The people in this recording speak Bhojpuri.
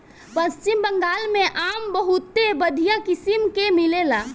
पश्चिम बंगाल में आम बहुते बढ़िया किसिम के मिलेला